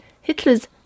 Hitler's